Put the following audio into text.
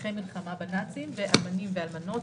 נכי מלחמה בנאצים ואלמנים ואלמנות.